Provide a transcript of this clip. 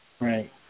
Right